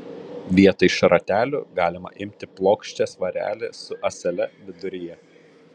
vietoj šratelių galima imti plokščią svarelį su ąsele viduryje